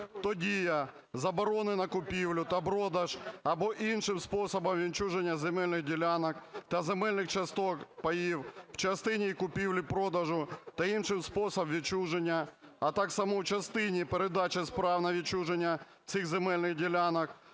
то дія заборони на купівлю та продаж або іншим способом відчуження земельних ділянок та земельних паїв, в частині їх купівлі-продажу та іншим способом відчуження, а так само в частині передачі прав на відчуження…". ГОЛОВУЮЧИЙ.